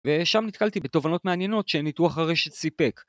‫ושם נתקלתי בתובנות מעניינות ‫שניתוח הרשת סיפק.